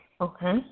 Okay